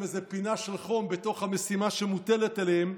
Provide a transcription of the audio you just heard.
איזו פינה של חום בתוך המשימה שמוטלת עליהם,